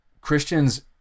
Christians